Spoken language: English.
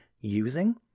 using